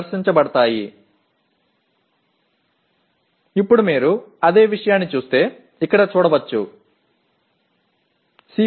இப்போது நீங்கள் காண்பிக்கப்படும் அதே விஷயத்தைப் பாருங்கள்